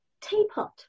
teapot